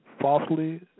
falsely